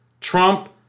Trump